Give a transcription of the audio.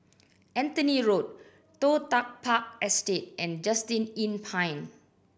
Anthony Road Toh Tuck Park Estate and Just Inn Pine